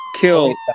kill